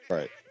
Right